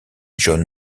john